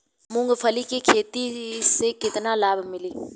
मूँगफली के खेती से केतना लाभ मिली?